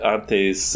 Antes